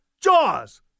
Jaws